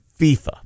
FIFA